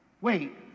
Wait